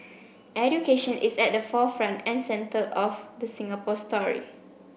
education is at the forefront and center of the Singapore story